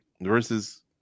versus